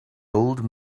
old